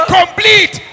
complete